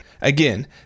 Again